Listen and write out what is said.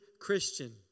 Christian